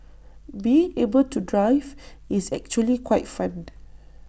being able to drive is actually quite fun